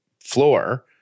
floor